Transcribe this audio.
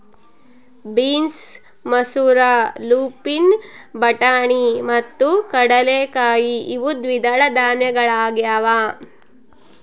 beans ಮಸೂರ lupin ಬಟಾಣಿ ಮತ್ತು ಕಡಲೆಕಾಯಿ ಇವು ದ್ವಿದಳ ಧಾನ್ಯಗಳಾಗ್ಯವ